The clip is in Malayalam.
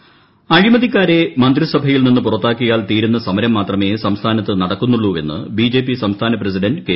സുരേന്ദ്രൻ അഴിമതിക്കാരെ മന്ത്രി സഭയിൽ നിന്ന് പുറത്താക്കിയാൽ തീരുന്ന സമരം മാത്രമേ സംസ്ഥാനത്ത് നടക്കുന്നുള്ളൂവെന്ന് ബി ജെ പി സംസ്ഥാന പ്രസിഡന്റ് കെ